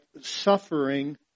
suffering